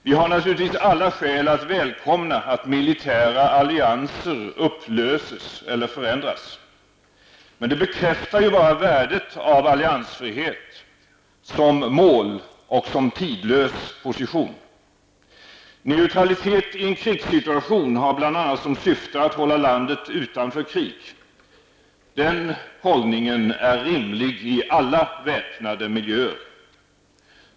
Vi har naturligtvis alla skäl att välkomna att militära allianser upplöses eller förändras. Men det bekräftar ju bara värdet av alliansfrihet, som mål och som tidlös position. Neutralitet i en krigssituation har bl.a. som syfte att hålla landet utanför krig. Den hållningen är rimlig i alla väpnade miljöer.